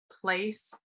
place